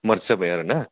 मार्ज जाबाय आरोना